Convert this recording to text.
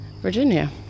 Virginia